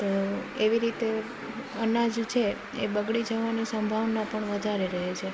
તો એવી રીતે અનાજ છે એ બગડી જવાની સંભાવના પણ વધારે રહે છે